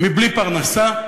מבלי פרנסה.